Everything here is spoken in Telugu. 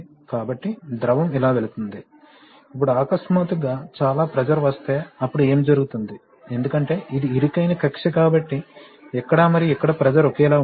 కాబట్టి ద్రవం ఇలా వెళుతోంది ఇప్పుడు అకస్మాత్తుగా చాలా ప్రెషర్ వస్తే అప్పుడు ఏమి జరుగుతుంది ఎందుకంటే ఇది ఇరుకైన కక్ష్య కాబట్టి ఇక్కడ మరియు ఇక్కడ ప్రెషర్ ఒకేలా ఉండదు